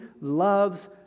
loves